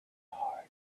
heart